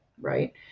Right